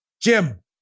Jim